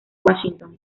washington